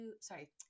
sorry